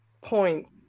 point